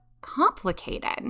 complicated